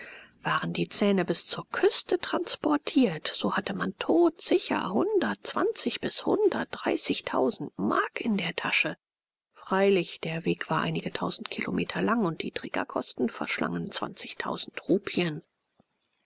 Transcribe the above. waren die zähne bis zur küste transportiert so hatte man totsicher hundertzwanzig bis hundertdreißigtausend mark in der tasche freilich der weg war einige tausend kilometer lang und die trägerkosten verschlangen zwanzigtausend rupien